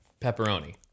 pepperoni